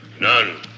none